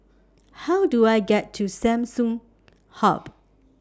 How Do I get to Samsung Hub